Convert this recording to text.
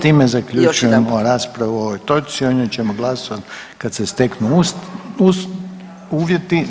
time zaključujemo raspravu o ovoj točci, o njoj ćemo glasovati kad se steknu uvjeti.